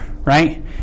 right